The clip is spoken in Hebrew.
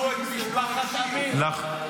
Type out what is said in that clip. ------ משפחת עמיר --- משפחת עמיר הרוצח.